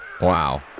Wow